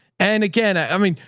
and again, i mean,